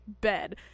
bed